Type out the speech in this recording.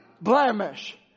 blemish